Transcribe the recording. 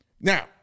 Now